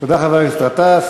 תודה, חבר הכנסת גטאס.